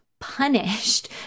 punished